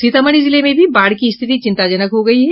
सीतामढ़ी जिले में भी बाढ़ की स्थिति चिंताजनक हो गयी है